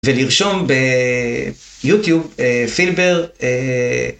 ולרשום ביוטיוב "פילברג"